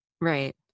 Right